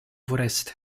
foreste